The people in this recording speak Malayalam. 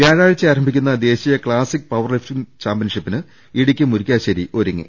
വ്യാഴാഴ്ച ആരംഭിക്കുന്ന ദേശീയ ക്ലാസിക് പവർലിഫ്റ്റിങ് ചാമ്പ്യൻഷിപ്പിന് ഇടുക്കി മുരിക്കാശ്ശേരി ഒരുങ്ങി